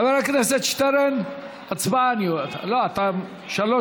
חבר הכנסת שטרן, שלוש